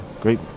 great